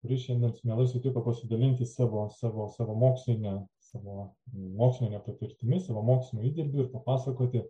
kuris šiandien mielai sutiko pasidalinti savo savo savo moksline savo moksline patirtimi savo moksliu įdirbiu ir papasakoti